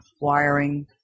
wiring